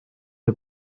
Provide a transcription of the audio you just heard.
see